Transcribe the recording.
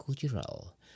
cultural